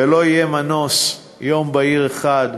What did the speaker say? ולא יהיה מנוס, ביום בהיר אחד,